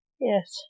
Yes